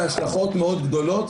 יש לזה השלכות מאוד גדולות.